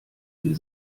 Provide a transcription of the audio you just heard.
sie